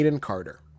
Carter